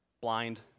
blind